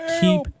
Keep